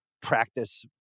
practice